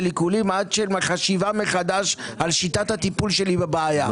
עיקולים עד לחשיבה מחדש על שיטת הטיפול שלי בבעיה.